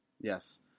Yes